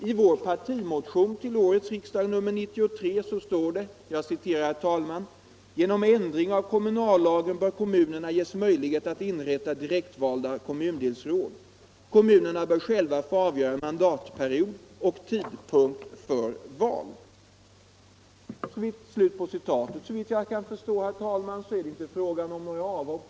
I moderata samlingspartiets partimotion nr 93 i år heter det: ”Genom ändring av kommunallagen bör kommunerna ges möjlighet att inrätta direktvalda kommundelsråd. Kommunerna bör själva få avgöra mandatperiod och tidpunkt för val.” Såvitt jag kan förstå, herr talman, är det självfallet inte fråga om några avhopp.